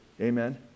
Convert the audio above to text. Amen